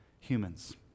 humans